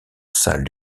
salle